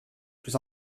plus